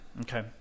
Okay